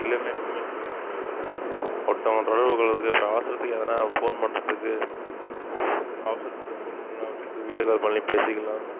இல்லைன்னா எப்போயுமே ஒருத்தவங்களை தொடர்பு கொள்கிறத்துக்கு இப்போ அவசரத்துக்கு எதுனா ஃபோன் பண்ணுறத்துக்கு அவசரத்துக்கு ஃபோன் பண்ணலாம் அவசரத்துக்கு வீடியோ கால் பண்ணி பேசிக்கலாம்